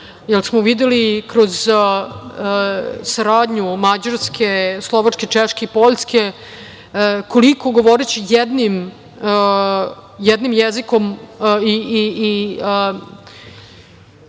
jer smo videli kroz saradnju Mađarske, Slovačke, Češke i Poljske, koliko govoreći jednim jezikom i